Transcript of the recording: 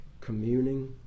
communing